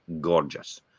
gorgeous